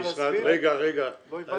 רגע, רגע, אני שואל.